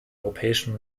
europäischen